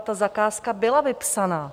Ta zakázka byla vypsána.